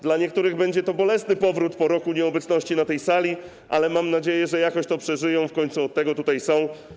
Dla niektórych będzie to bolesny powrót po roku nieobecności na tej sali, ale mam nadzieję, że jakoś to przeżyją, w końcu od tego tutaj są.